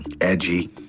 edgy